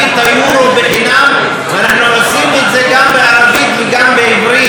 היורו בחינם ואנחנו עושים את זה גם בערבית וגם בעברית,